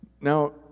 Now